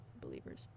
believers